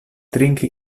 trinki